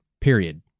period